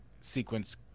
sequence